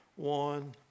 One